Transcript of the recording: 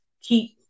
keep